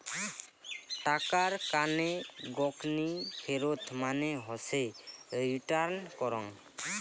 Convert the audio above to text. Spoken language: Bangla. টাকার কানে গকনি ফেরত মানে হসে রিটার্ন করং